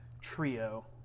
trio